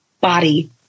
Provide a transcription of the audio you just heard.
body